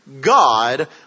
God